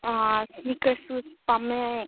ꯑꯥ ꯁ꯭ꯅꯤꯀꯔꯁꯨ ꯄꯥꯝꯃꯦ